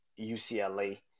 UCLA